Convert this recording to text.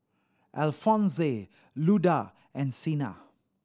Alphonse Luda and Chynna